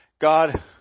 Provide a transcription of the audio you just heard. God